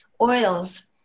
oils